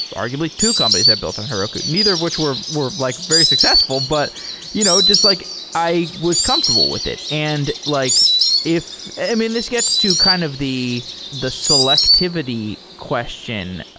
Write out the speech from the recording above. arguably two companies that built on heroku neither of which were were like very successful, but you know just like i was comfortable with it. and like i and mean, this gets to kind of the the selectivity question.